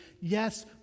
yes